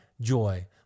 joy